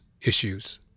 issues